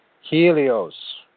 Helios